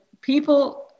People